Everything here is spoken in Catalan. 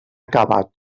acabat